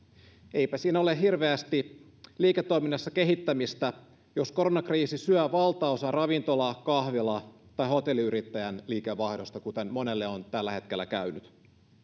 eipä siinä ole hirveästi liiketoiminnassa kehittämistä jos koronakriisi syö valtaosan ravintola kahvila tai hotelliyrittäjän liikevaihdosta kuten monelle on tällä hetkellä käynyt